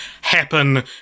happen